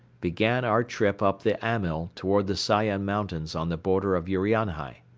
began our trip up the amyl toward the sayan mountains on the border of urianhai.